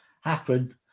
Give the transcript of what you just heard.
happen